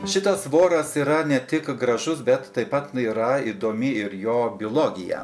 šitas voras yra ne tik gražus bet taip pat na yra įdomi ir jo biologija